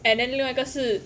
and then 另外一个是